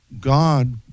God